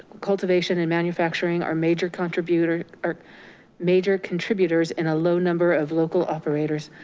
cultivation and manufacturing are major contributor, are major contributors in a low number of local operators.